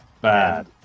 bad